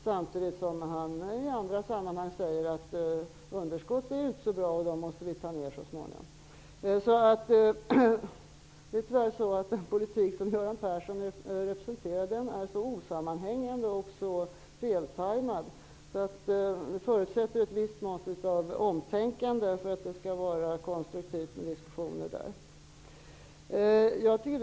Samtidigt säger han i andra sammanhang att underskott inte är så bra och att vi så småningom måste minska dem. Den politik som Göran Persson representerar är tyvärr så osammanhängande och så feltajmad att ett visst mått av omtänkande är en förutsättning för att diskussionen skall kunna bli konstruktiv.